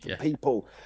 people